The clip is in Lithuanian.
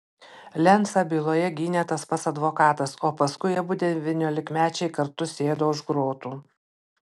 lencą byloje gynė tas pats advokatas o paskui abu devyniolikmečiai kartu sėdo už grotų